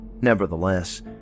Nevertheless